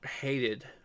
hated